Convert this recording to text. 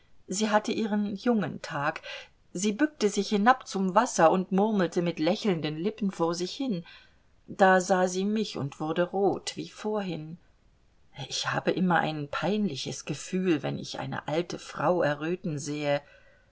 sie hatte ihren jungen tag sie bückte sich hinab zum wasser und murmelte mit lächelnden lippen vor sich hin da sah sie mich und wurde rot wie vorhin ich habe immer ein peinliches gefühl wenn ich eine alte frau erröten sehe